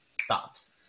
stops